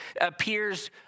appears